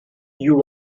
you